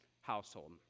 household